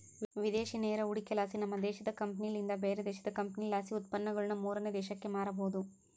ವಿದೇಶಿ ನೇರ ಹೂಡಿಕೆಲಾಸಿ, ನಮ್ಮ ದೇಶದ ಕಂಪನಿಲಿಂದ ಬ್ಯಾರೆ ದೇಶದ ಕಂಪನಿಲಾಸಿ ಉತ್ಪನ್ನಗುಳನ್ನ ಮೂರನೇ ದೇಶಕ್ಕ ಮಾರಬೊದು